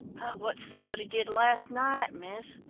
what somebody did last night, miss?